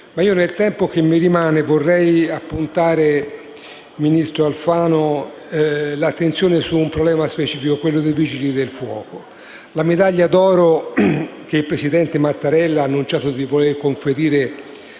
Nel tempo che mi rimane, ministro Alfano, vorrei puntare l'attenzione su un problema specifico, quello dei Vigili del fuoco. La medaglia d'oro che il presidente Mattarella ha annunciato di voler conferire